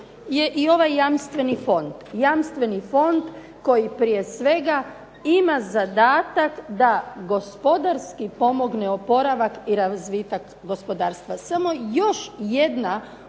je i ovaj jamstveni fond. Jamstveni fond koji prije svega ima zadatak da gospodarski pomogne oporavak i razvitak gospodarstva. Samo još jedna